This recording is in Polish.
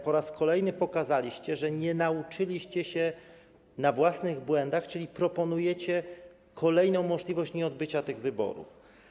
Po raz kolejny pokazaliście, że nie nauczyliście się na własnych błędach, czyli proponujecie kolejną możliwość nieodbycia tych wyborów.